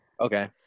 Okay